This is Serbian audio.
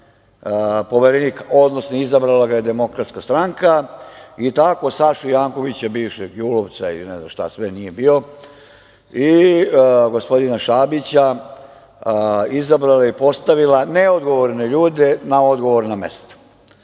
Poverenika, odnosno izabrala ga je DS. I tako Sašu Jankovića bivšeg julovca i ne znam šta sve nije bio i gospodina Šabića izabrala i postavila neodgovorne ljude na odgovorna mesta.U